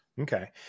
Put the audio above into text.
Okay